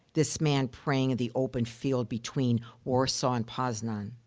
this man praying in the open field between warsaw and poznan.